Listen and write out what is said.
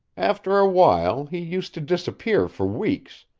after a while he used to disappear for weeks,